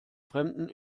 fremden